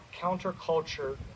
counterculture